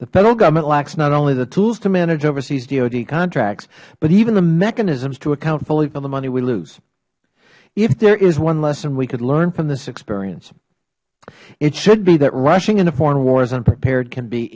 the federal government lacks not only the tools to manage overseas dod contracts but even the mechanisms to account fully for the money we lose if there is one lesson we could learn from this experience it should be that rushing into foreign wars unprepared can be